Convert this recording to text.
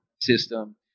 system